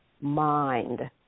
mind